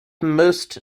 most